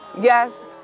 Yes